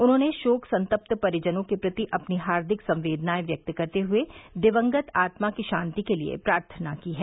उन्होंने शोक संतप्त परिजनों के प्रति अपनी हार्दिक संवेदनायें व्यक्त करते हुए दिवंगत आत्मा की शांति के लिये प्रार्थना की है